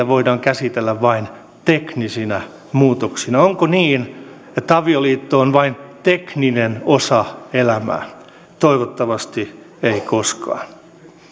voidaan käsitellä vain teknisinä muutoksina onko niin että avioliitto on vain tekninen osa elämää toivottavasti ei koskaan